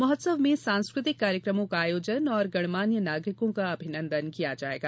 महोत्सव में सांस्कृतिक कार्यक्रमों का आयोजन एवं गणमान्य नागरिकों का अभिनन्दन किया जायेगा